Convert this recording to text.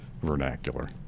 Vernacular